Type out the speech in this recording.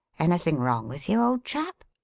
anything wrong with you, old chap?